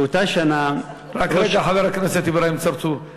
באותה שנה, רק רגע, חבר הכנסת אברהים צרצור.